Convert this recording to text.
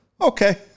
Okay